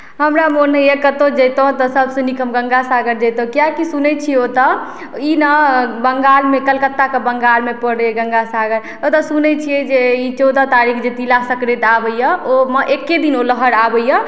हमरा मोनमे यऽ कतौ जेतौँ तऽ सब से नीक हम गंगासागर जेतहुॅं किए कि सुनै छियै ओतोऽ ई ने बंगालमे कलकत्ताके बंगालमे पड़ैए गंगासागर ओतऽ सुनै छियै जे ई चौदह तारीख जे तिला संक्रान्ति आबैए ओहिमे एक्के दिन ओ लहर आबैए